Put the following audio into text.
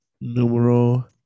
Numero